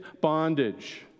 bondage